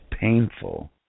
painful